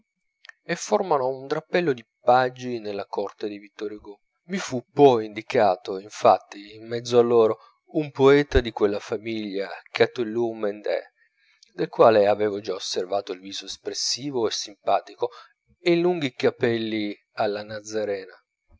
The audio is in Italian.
e formano un drappello di paggi nella corte di vittor hugo mi fu poi indicato infatti in mezzo a loro un poeta di quella famiglia catullus mendes del quale avevo già osservato il viso espressivo e simpatico e i lunghi capelli alla nazzarena